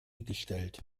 gestellt